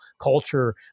culture